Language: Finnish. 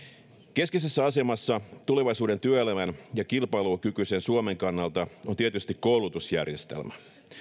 keskeisessä asemassa tulevaisuuden työelämän ja kilpailukykyisen suomen kannalta on tietysti koulutusjärjestelmä